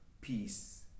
Peace